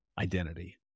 identity